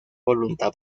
voluntad